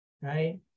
right